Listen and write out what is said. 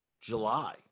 July